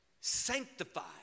sanctified